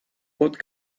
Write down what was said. what